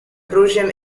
prussian